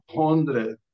hundred